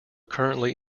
currently